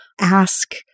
ask